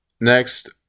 next